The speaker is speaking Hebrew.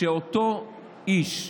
שאותו איש,